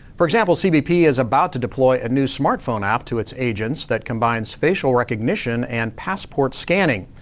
for example, cbp is about to deploy a new smartphone app to its agents that combines facial recognition and passport scanning.